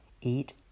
eat